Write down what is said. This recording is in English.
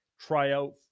Tryout